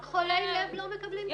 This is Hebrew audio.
חולי לב לא מקבלים טיפול.